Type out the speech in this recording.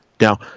Now